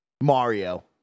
Mario